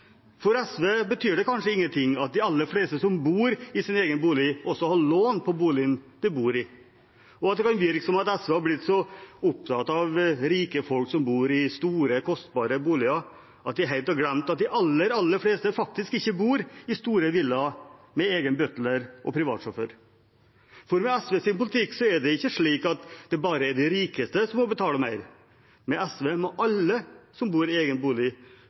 For SV betyr det kanskje ingenting at de aller fleste som bor i sin egen bolig, også har lån på boligen de bor i. Det kan virke som om SV har blitt så opptatt av rike folk som bor i store, kostbare boliger, at de helt har glemt at de aller fleste faktisk ikke bor i store villaer med egen butler og privatsjåfør. Med SVs politikk er det ikke slik at det bare er de rikeste som må betale mer; med SVs politikk må alle som bor i egen bolig,